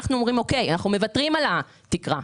אנחנו אומרים שאנחנו מוותרים על התקרה.